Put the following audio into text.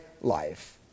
life